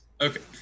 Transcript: Okay